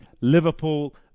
Liverpool